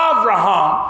Abraham